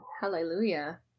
Hallelujah